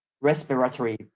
respiratory